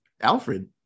Alfred